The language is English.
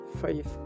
five